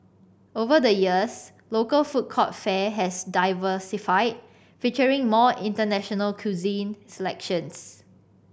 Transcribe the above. over the years local food court fare has diversified featuring more international cuisine selections